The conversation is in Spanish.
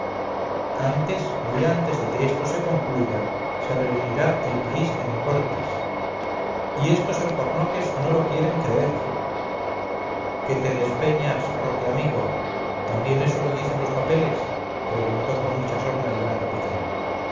antes muy antes de que esto se concluya se reunirá el país en cortes y estos alcornoques no lo quieren creer que te despeñas roque amigo también eso lo dicen los papeles preguntó con mucha sorna el gran capitán